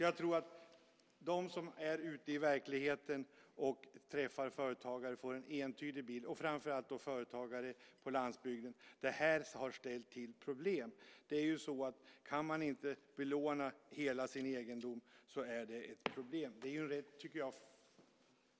Jag tror att de som är ute i verkligheten får en entydig bild, framför allt av företagare på landsbygden. Det här har ställt till problem. Kan man inte belåna hela sin egendom så är det ett problem.